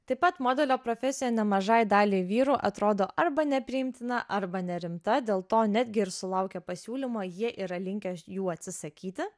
taip pat modelio profesija nemažai daliai vyrų atrodo arba nepriimtina arba nerimta dėl to netgi ir sulaukę pasiūlymo jie yra linkę jų atsisakyti